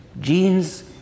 genes